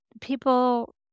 people